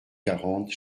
quarante